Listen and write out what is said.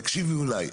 תקשיבי אולי.